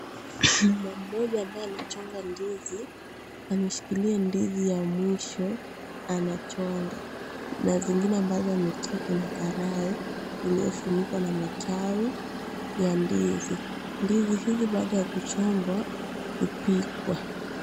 Mama mmoja ambaye anachonga ndizi, ameshikilia ndizi ya mwisho anachonga, na zingine ambazo anatilia kwenye karae iliyofunikwa na matawi, ya ndizi, ndizi hizi baada ya kuchongwa, hupikwa.